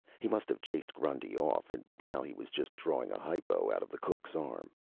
he must have chased grundy off, and now he was just drawing a hypo out of the cook's arm.